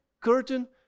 curtain